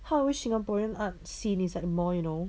我还以为 singaporean art scene is like more you know